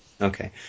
Okay